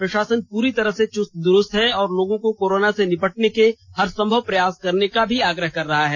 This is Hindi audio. प्रषासन पूरी तरह से चुस्त दुरस्त है और लोगों को कोरोना से निपटने के हर संभव प्रयास करने का आग्रह भी कर रहे हैं